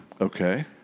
Okay